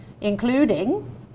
including